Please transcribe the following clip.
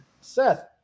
Seth